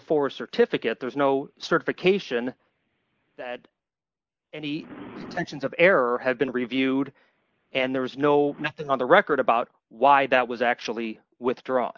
four certificate there's no certification that any mentions of error have been reviewed and there was no nothing on the record about why that was actually withdraw